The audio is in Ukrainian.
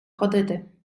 ходити